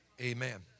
Amen